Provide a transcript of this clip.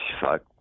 fuck